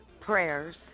prayers